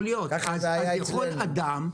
יכול להיות,